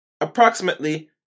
Approximately